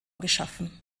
geschaffen